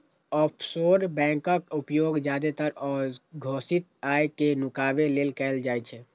offshore बैंकक उपयोग जादेतर अघोषित आय कें नुकाबै लेल कैल जाइ छै